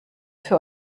für